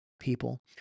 People